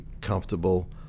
comfortable